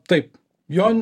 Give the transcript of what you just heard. taip jon